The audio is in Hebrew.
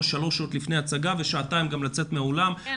שלוש שעות לפני הצגה ושעתיים גם לצאת מהאולם,